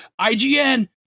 IGN